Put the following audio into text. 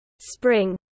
spring